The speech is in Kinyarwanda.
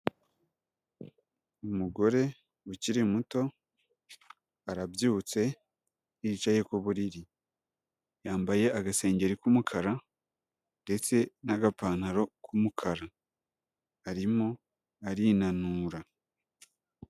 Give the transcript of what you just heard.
Umugore ukiri muto arabyutse, yicaye ku buriri, yambaye agasengengeri k'umukara ndetse n'agapantaro k'umukara, arimo arinanura.